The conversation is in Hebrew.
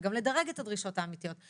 וגם לדרג את הדרישות האמיתיות.